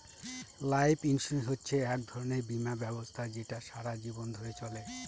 life insurance হচ্ছে এক ধরনের বীমা ব্যবস্থা যেটা সারা জীবন ধরে চলে